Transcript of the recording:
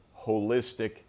holistic